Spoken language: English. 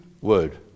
word